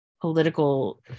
political